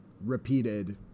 repeated